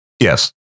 Yes